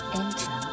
enter